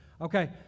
Okay